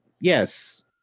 yes